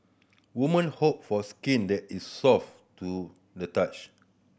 women hope for skin that is soft to the touch